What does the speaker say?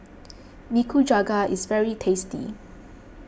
Nikujaga is very tasty